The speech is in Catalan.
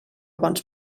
bons